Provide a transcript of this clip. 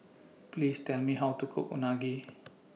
Please Tell Me How to Cook Unagi